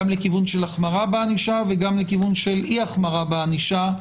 גם לכיוון של החמרה בענישה וגם לכיוון של אי החמרה בענישה.